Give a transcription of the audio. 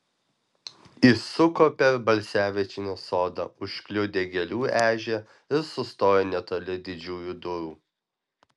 išsuko per balsevičienės sodą užkliudė gėlių ežią ir sustojo netoli didžiųjų durų